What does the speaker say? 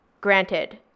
granted